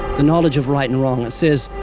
the knowledge of right and wrong. it says,